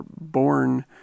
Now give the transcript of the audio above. born